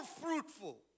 fruitful